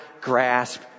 grasp